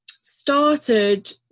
started